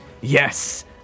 Yes